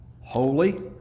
Holy